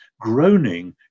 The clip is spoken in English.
groaning